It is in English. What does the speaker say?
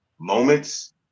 moments